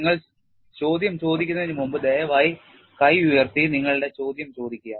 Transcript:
നിങ്ങൾ ചോദ്യം ചോദിക്കുന്നതിന് മുമ്പ് ദയവായി കൈ ഉയർത്തി നിങ്ങളുടെ ചോദ്യം ചോദിക്കുക